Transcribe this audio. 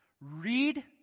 Read